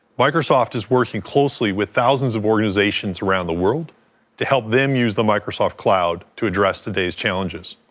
microsoft is working closely with thousands of organizations around the world to help them use the microsoft cloud to address today's challenges.